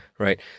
Right